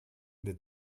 that